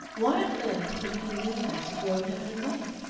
why on earth couldn't he leave her to grow in her own way?